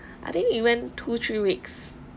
I think he went two three weeks